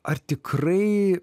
ar tikrai